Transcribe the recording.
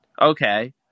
Okay